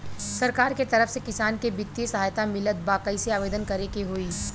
सरकार के तरफ से किसान के बितिय सहायता मिलत बा कइसे आवेदन करे के होई?